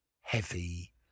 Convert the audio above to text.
heavy